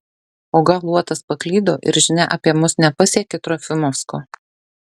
o gal luotas paklydo ir žinia apie mus nepasiekė trofimovsko